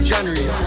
January